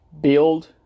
build